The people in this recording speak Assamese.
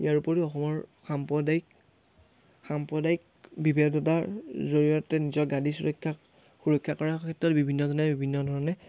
ইয়াৰ উপৰিও অসমৰ সাম্প্ৰদায়িক সাম্প্ৰদায়িক বিভেদতাৰ জৰিয়তে নিজৰ গাদী সুৰক্ষা সুৰক্ষা কৰাৰ ক্ষেত্ৰত বিভিন্নজনে বিভিন্ন ধৰণে